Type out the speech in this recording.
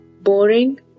boring